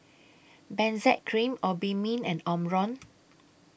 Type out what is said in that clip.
Benzac Cream Obimin and Omron